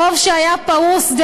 חוב שהיה פרוס,